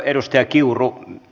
arvoisa puhemies